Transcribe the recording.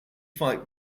fight